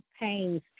pains